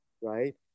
right